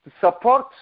support